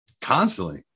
constantly